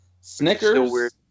Snickers